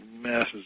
masses